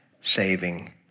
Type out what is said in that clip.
saving